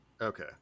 okay